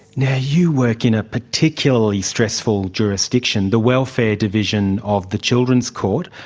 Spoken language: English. yeah you work in a particularly stressful jurisdiction, the welfare division of the children's court.